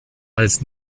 als